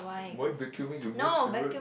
why vacuuming is your most favourite